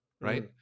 Right